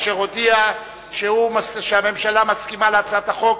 אשר הודיע שהממשלה מסכימה להצעת החוק,